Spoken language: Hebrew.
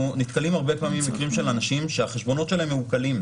אנחנו נתקלים הרבה פעמים במקרים של אנשים שהחשבונות שלהם מעוקלים,